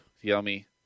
Yummy